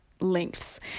lengths